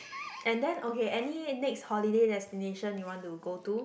and then okay any next holiday destination you want to go to